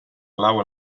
clau